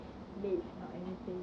late or anything